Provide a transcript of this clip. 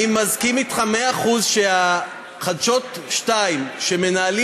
אני מסכים אתך במאה אחוז שחדשות 2 שמנהלים